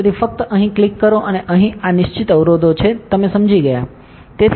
તેથી ફક્ત અહીં ક્લિક કરો અને અહીં આ નિશ્ચિત અવરોધો છે તમે સમજી ગયા બરાબર